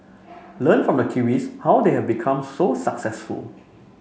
learn from the Kiwis how they have become so successful